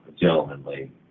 gentlemanly